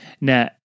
Now